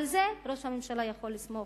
על זה ראש הממשלה יכול לסמוך,